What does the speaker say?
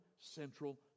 central